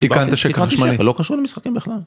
‫קיבלת שקע חשמלי, לא קשור למשחקים בכלל.